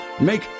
Make